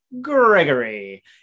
Gregory